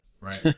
Right